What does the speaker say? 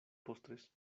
postres